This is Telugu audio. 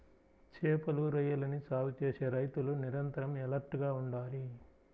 చేపలు, రొయ్యలని సాగు చేసే రైతులు నిరంతరం ఎలర్ట్ గా ఉండాలి